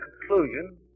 conclusion